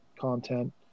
content